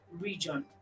region